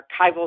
archival